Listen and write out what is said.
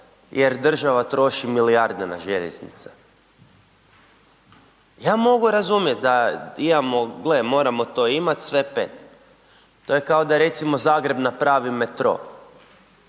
jer država troši milijarde na željeznice, ja mogu razumjet da imao, gle moramo to imat, sve pet, to je kao da recimo Zagreb napravi metro.